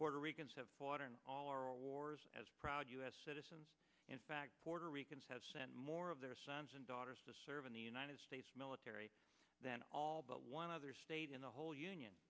puerto ricans have water in all our wars as proud u s citizens in fact puerto ricans have sent more of their sons and daughters to serve in the united states military than all but one other state in the whole union